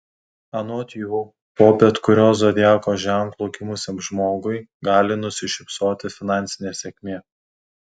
anot jų po bet kuriuo zodiako ženklu gimusiam žmogui gali nusišypsoti finansinė sėkmė